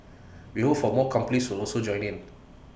we hope for more companies will also join in